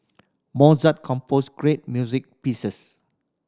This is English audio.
mozart composed great music pieces